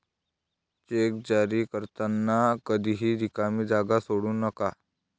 check जारी करताना कधीही रिकामी जागा सोडू नका